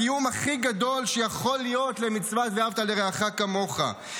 הקיום הכי גדול שיכול להיות למצוות "ואהבת לרעך כמוך",